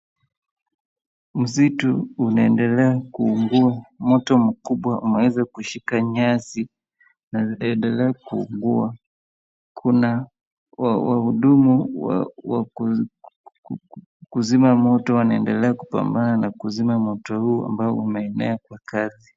Msitu unaendelea kuungua. Moto mkubwa umeweza kushika nyasi na unaendelea kuungua. Kuna wa, wahuduma wa, waku, ku, kuzima moto wanaendelea kupambana na kuzima moto huu ambao umeenea kwa kasi.